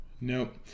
Nope